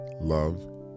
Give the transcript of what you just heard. love